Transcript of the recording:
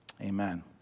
Amen